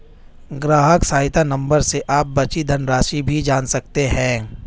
ग्राहक सहायता नंबर से आप बची धनराशि भी जान सकते हैं